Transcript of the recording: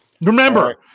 Remember